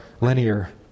linear